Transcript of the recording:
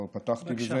לא פתחתי בזה.